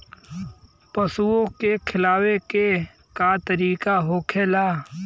पशुओं के खिलावे के का तरीका होखेला?